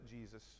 Jesus